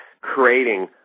creating